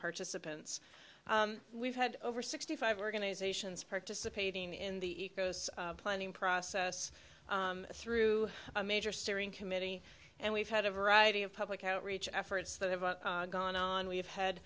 participants we've had over sixty five organizations participating in the ecos planning process through a major steering committee and we've had a variety of public outreach efforts that have gone on we've had